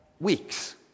weeks